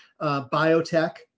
Biotech